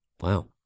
Wow